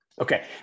Okay